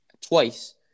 twice